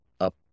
up